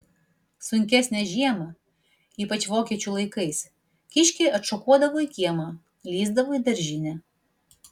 sunkesnę žiemą ypač vokiečių laikais kiškiai atšokuodavo į kiemą lįsdavo į daržinę